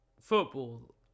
football